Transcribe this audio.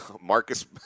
Marcus